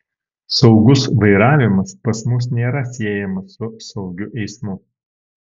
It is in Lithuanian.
saugus vairavimas pas mus nėra siejamas su saugiu eismu